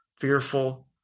fearful